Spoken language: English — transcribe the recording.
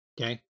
Okay